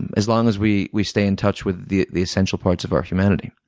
and as long as we we stay in touch with the the essential parts of our humanity.